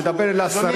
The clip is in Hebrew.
אני מדבר גם אל השרים.